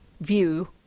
view